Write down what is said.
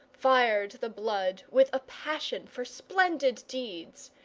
fired the blood with a passion for splendid deeds,